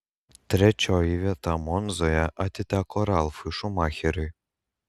trečioji vieta monzoje atiteko ralfui šumacheriui